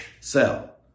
sell